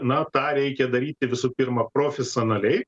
na tą reikia daryti visų pirma profesionaliai